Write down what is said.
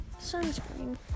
sunscreen